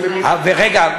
רגע,